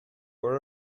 were